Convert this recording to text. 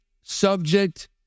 subject